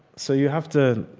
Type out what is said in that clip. so you have to